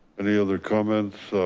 any other comments?